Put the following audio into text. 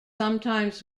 sometimes